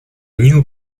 new